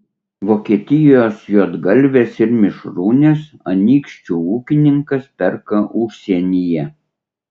vokietijos juodgalves ir mišrūnes anykščių ūkininkas perka užsienyje